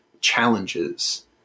challenges